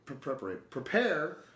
prepare